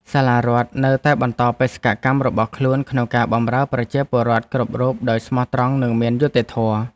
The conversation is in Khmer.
សាលារដ្ឋនៅតែបន្តបេសកកម្មរបស់ខ្លួនក្នុងការបម្រើប្រជាពលរដ្ឋគ្រប់រូបដោយស្មោះត្រង់និងមានយុត្តិធម៌។